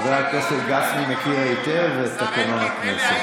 חבר הכנסת גפני מכיר היטב את תקנון הכנסת.